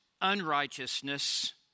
unrighteousness